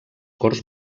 corts